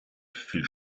fiel